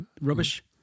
rubbish